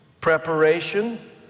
preparation